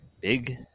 big